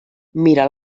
mira